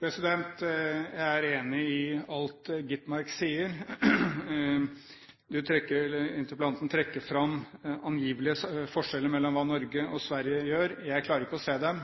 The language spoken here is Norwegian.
enig i alt Skovholt Gitmark sier. Interpellanten trekker fram angivelige forskjeller mellom hva Norge og Sverige gjør. Jeg klarer ikke å se dem.